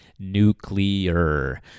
nuclear